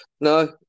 No